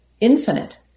infinite